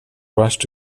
rushed